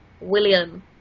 William